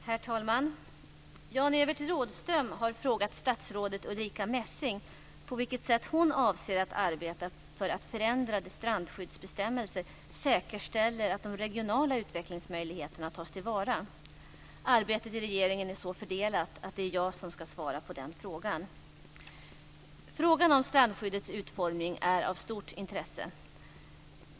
Herr talman! Jan-Evert Rådhström har frågat statsrådet Ulrica Messing på vilket sätt hon avser att arbeta för att förändrade strandskyddsbestämmelser säkerställer att de regionala utvecklingsmöjligheterna tas till vara. Arbetet i regeringen är så fördelat att det är jag som ska svara på den frågan. Frågan om strandskyddets utformning är av stort intresse.